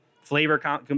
flavor